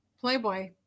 Playboy